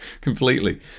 completely